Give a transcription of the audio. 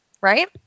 right